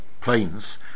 planes